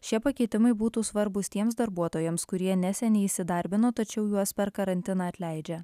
šie pakeitimai būtų svarbūs tiems darbuotojams kurie neseniai įsidarbino tačiau juos per karantiną atleidžia